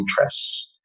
Interests